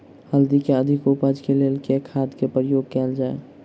हल्दी केँ अधिक उपज केँ लेल केँ खाद केँ प्रयोग कैल जाय?